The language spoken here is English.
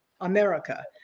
America